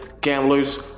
gamblers